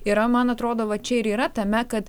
yra man atrodo va čia ir yra tame kad